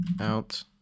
out